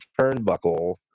turnbuckle